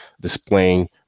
displaying